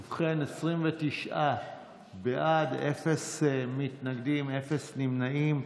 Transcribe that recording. ובכן, 29 בעד, אפס מתנגדים, אפס נמנעים.